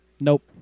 nope